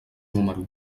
número